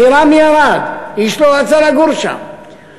מחירם ירד ואיש לא רצה לגור שם,